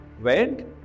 went